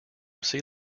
sea